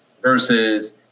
versus